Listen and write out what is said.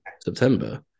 September